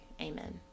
Amen